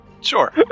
Sure